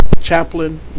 chaplain